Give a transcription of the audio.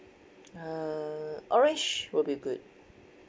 err orange would be good